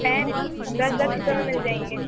pain دس دس روپے میں مل جائیں گے